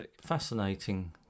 fascinating